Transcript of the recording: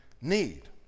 need